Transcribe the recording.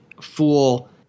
fool –